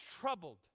troubled